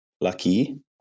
lucky